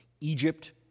Egypt